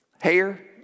Hair